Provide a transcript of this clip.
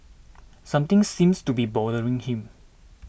something seems to be bothering him